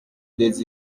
des